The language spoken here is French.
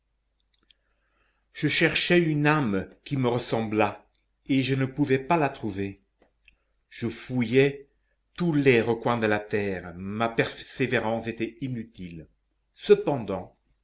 je cherchais une âme qui me ressemblât et je ne pouvais pas la trouver je fouillais tous les recoins de la terre ma persévérance était inutile cependant